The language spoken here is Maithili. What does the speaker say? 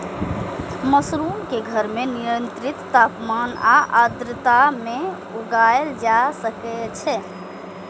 मशरूम कें घर मे नियंत्रित तापमान आ आर्द्रता मे उगाएल जा सकै छै